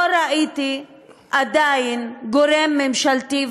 לא ראיתי עדיין גורם ממשלתי,